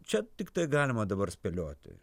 čia tiktai galima dabar spėlioti